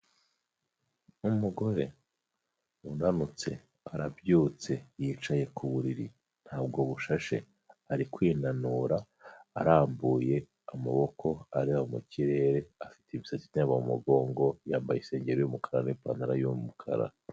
Umugore, unanutse, arabyutse, yicaye ku buriri, ntabwo bushashe, ari kwinanura arambuye amaboko areba mu kirere, afite imisatsi iryama mu mugongo, yambaye isengeri y'umukara n'ipantaro y'umukara.